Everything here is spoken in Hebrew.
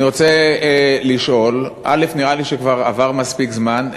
אני רוצה לשאול, נראה לי שכבר עבר מספיק זמן.